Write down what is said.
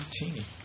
martini